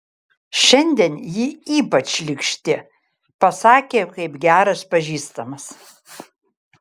šiandien ji ypač šlykšti pasakė kaip geras pažįstamas